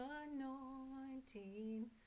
anointing